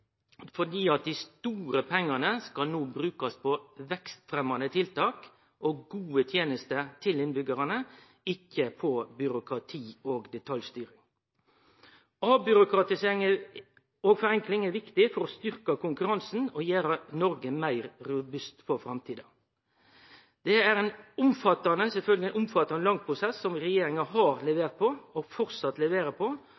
fordi dei store pengane no skal brukast på vekstfremjande tiltak og gode tenester til innbyggjarane, ikkje på byråkrati og detaljstyring. Avbyråkratisering og forenkling er viktig for å styrkje konkurransen og gjere Noreg meir robust for framtida. Det er sjølvsagt ein omfattande og lang prosess, som regjeringa har levert på – og fortsatt leverer på.